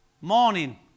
morning